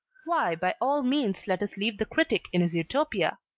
why by all means let us leave the critic in his utopia.